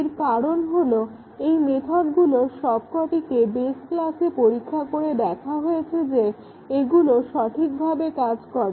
এর কারণ হলো এই মেথডগুলোর সবকটিকে বেস ক্লাসে পরীক্ষা করে দেখা হয়েছে যে এগুলোর সঠিকভাবে কাজ করে